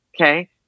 okay